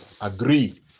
agree